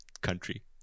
country